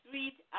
Sweet